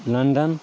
London